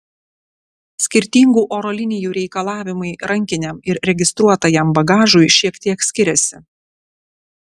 skirtingų oro linijų reikalavimai rankiniam ir registruotajam bagažui šiek tiek skiriasi